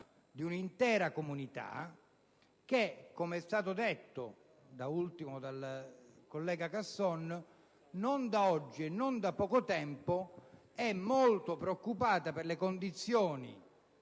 con un'intera comunità, che - come è stato detto, da ultimo dal collega Casson - non da oggi e non da poco tempo è molto preoccupata per le condizioni